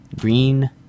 Green